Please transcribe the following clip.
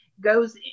goes